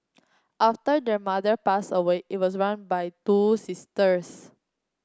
after their mother passed away it was run by two sisters